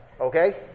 okay